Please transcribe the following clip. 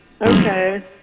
Okay